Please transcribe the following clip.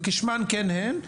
וכשמן כן הן.